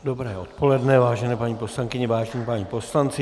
Dobré odpoledne, vážené paní poslankyně, vážení páni poslanci.